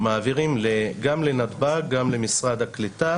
גם לנתב"ג, גם למשרד הקליטה